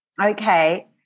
Okay